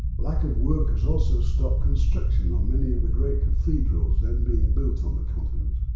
lack of workers also stopped construction on many of the great cathedrals then being built on the continent.